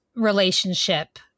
relationship